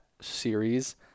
series